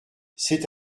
c’est